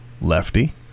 lefty